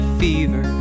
fever